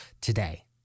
today